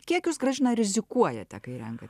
kiekius grąžina rizikuojate kai renkate